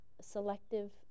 selective